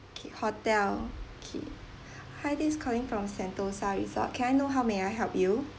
okay hotel okay hi this is calling from Sentosa resort can I know how may I help you